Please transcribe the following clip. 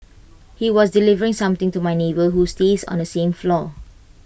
he was delivering something to my neighbour who stays on the same floor